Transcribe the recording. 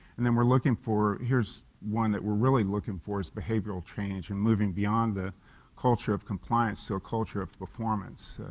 and then we're looking for, here is one that we're looking for is behavioral change and moving beyond the culture of compliance, so culture of performance.